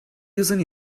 using